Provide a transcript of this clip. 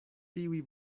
tiuj